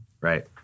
Right